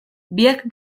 biak